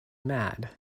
mad